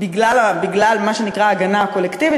בגלל מה שנקרא "ההגנה הקולקטיבית",